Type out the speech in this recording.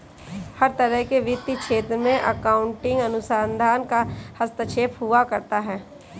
हर तरह के वित्तीय क्षेत्र में अकाउन्टिंग अनुसंधान का हस्तक्षेप हुआ करता है